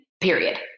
Period